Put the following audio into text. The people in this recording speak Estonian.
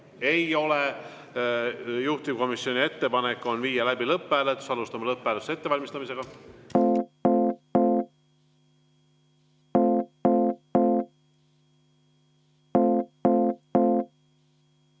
ei ole. Juhtivkomisjoni ettepanek on viia läbi lõpphääletus. Alustame lõpphääletuse ettevalmistamist.